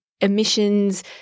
Emissions